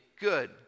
good